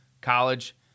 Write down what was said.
college